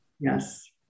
Yes